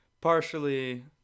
partially